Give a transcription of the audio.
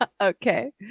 Okay